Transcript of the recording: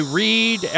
read